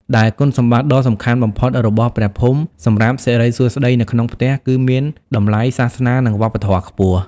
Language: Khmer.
ដែលគុណសម្បត្តិដ៏សំខាន់បំផុតរបស់ព្រះភូមិសម្រាប់សិរីសួស្តីនៅក្នុងផ្ទះគឺវាមានតម្លៃសាសនា និងវប្បធម៌ខ្ពស់។